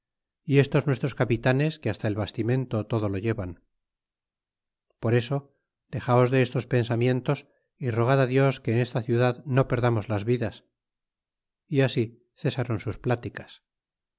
y estos nuestros capitanes que hasta el bastimento todo lo llevan por eso dexaos de esos pensamientos y rogad á dios que en esta ciudad no perdamos las vidas y así cesáron sus plticas